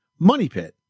MONEYPIT